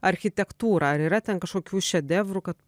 architektūrą ar yra ten kažkokių šedevrų kad